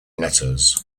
letters